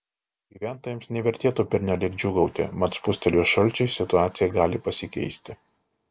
gyventojams nevertėtų pernelyg džiūgauti mat spustelėjus šalčiui situacija gali pasikeisti